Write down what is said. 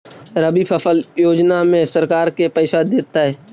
रबि फसल योजना में सरकार के पैसा देतै?